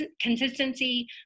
consistency